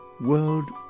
world